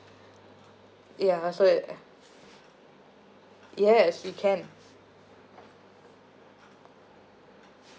yeah so it uh yes you can